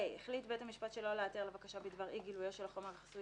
(ה)החליט בית המשפט שלא להיעתר לבקשה בדבר אי-גילויו של החומר החסוי